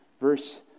Verse